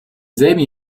selben